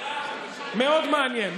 מאוד מעניין,